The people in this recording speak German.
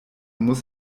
muss